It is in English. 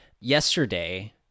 yesterday